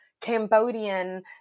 Cambodian